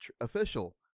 official